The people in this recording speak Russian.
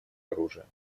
оружия